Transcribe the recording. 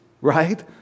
right